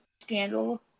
scandal